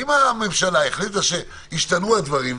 אם הממשלה החליטה שהשתנו הדברים,